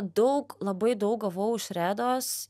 daug labai daug gavau iš redos